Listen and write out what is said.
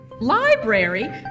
Library